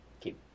keep